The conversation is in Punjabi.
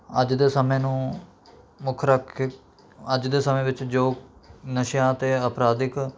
ਅੱਜ ਦੇ ਸਮੇਂ ਨੂੰ ਮੁੱਖ ਰੱਖ ਕੇ ਅੱਜ ਦੇ ਸਮੇਂ ਵਿੱਚ ਜੋ ਨਸ਼ਿਆਂ ਅਤੇ ਅਪਰਾਦਿਕ